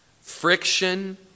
friction